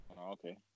okay